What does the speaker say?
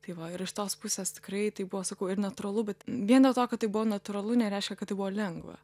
tai va ir iš tos pusės tikrai tai buvo sakau ir natūralu bet vien dėl to kad tai buvo natūralu nereiškia kad tai buvo lengva